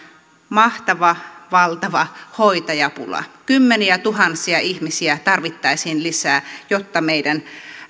mahtava valtava hoitajapula kymmeniätuhansia ihmisiä tarvittaisiin lisää jotta meidän